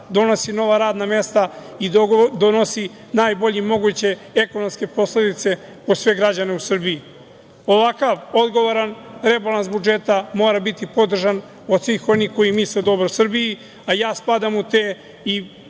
donosi nova radna mesta i donosi najbolje moguće ekonomske posledice po sve građane u Srbiji. Ovakav odgovoran rebalans budžeta mora biti podržan od svih onih koji misle dobro Srbiji, a ja spadam u te i